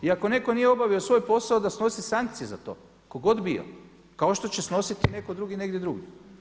I ako netko nije obavio svoj posao da snosi sankcije za to, tko god bio kao što će snositi netko drugi negdje drugdje.